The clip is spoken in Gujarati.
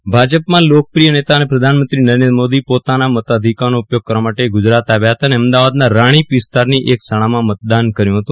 મતદાન ભાજપમાં લોકપ્રિય નેતા અને પ્રધાનમંત્રી નરેન્દ્ર મોદી પોતાના મતાધિકારનો ઉપયોગ કરવા માટે ગુજરાત આવ્યા હતા અને અમદાવાદના રાશીપ વિસ્તારની એક શાળામાં મતદાન કર્યું હતું